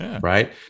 right